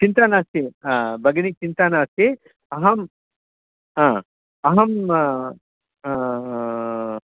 चिन्ता नास्ति भगिनि चिन्ता नास्ति अहं हा अहम्